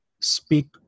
speak